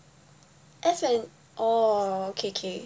F N oh K K